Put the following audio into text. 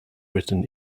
written